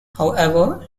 however